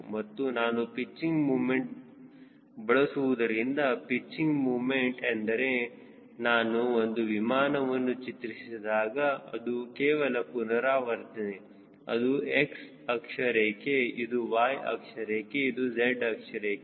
ಮತ್ತು ನಾನು pitching moment ಬಳಸುತ್ತಿರುವುದರಿಂದ ಪಿಚ್ಚಿಂಗ್ ಮೂಮೆಂಟ್ ಎಂದರೆ ನಾನು ಒಂದು ವಿಮಾನವನ್ನು ಚಿತ್ರಿಸಿದಾಗ ಇದು ಕೇವಲ ಪುನರಾವರ್ತನೆ ಇದು x ಅಕ್ಷರೇಖೆಇದು y ಅಕ್ಷರೇಖೆ ಇದು z ಅಕ್ಷರೇಖೆ